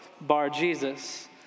Bar-Jesus